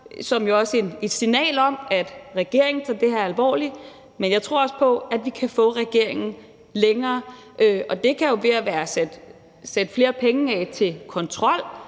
som et signal om, at regeringen tager det her alvorligt, men jeg tror også på, at vi kan få regeringen længere, og det kan jo være ved at sætte flere penge af til kontrol,